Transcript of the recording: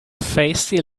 feisty